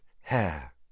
hair